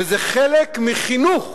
וזה חלק מחינוך